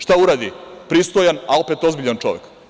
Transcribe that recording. Šta uradi pristojan, a opet ozbiljan čovek?